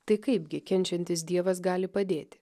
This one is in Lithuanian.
tai kaipgi kenčiantis dievas gali padėti